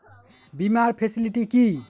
বীমার ফেসিলিটি কি?